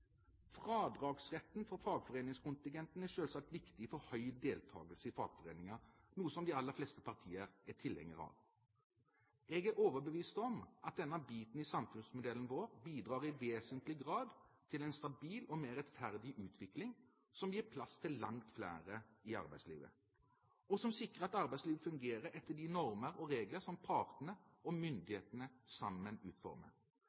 Fradragsretten for fagforeningskontingenten er selvsagt viktig for høy deltakelse i fagforeninger, noe som de aller fleste partier er tilhenger av. Jeg er overbevist om at denne biten i samfunnsmodellen vår bidrar i vesentlig grad til en stabil og mer rettferdig utvikling som gir plass til langt flere i arbeidslivet, og som sikrer at arbeidslivet fungerer etter de normer og regler som partene og myndighetene sammen utformer.